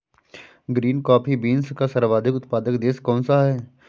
Green coffee beans का सर्वाधिक उत्पादक देश कौन सा है?